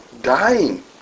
dying